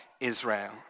Israel